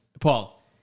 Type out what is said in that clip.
Paul